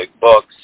books